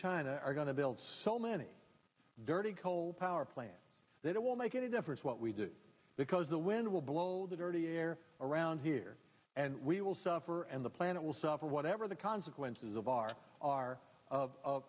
china are going to build so many dirty coal power plants that it will make any difference what we do because the wind will blow the dirty air around here and we will suffer and the planet will suffer whatever the consequences of our